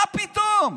מה פתאום?